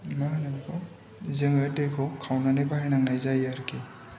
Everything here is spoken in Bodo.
मा होनो बेखौ जोङो दैखौ खावनानै बाहायनांनाय जायो आरोखि